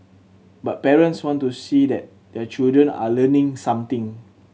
but parents want to see that their children are learning something